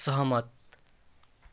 सहमत